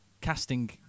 casting